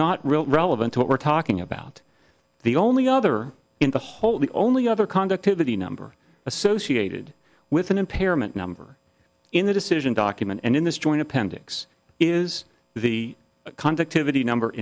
not really relevant to what we're talking about the only other in the whole the only other conductivity number associated with an impairment number in the decision document and in this joint appendix is the contact of any number